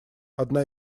одна